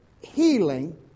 healing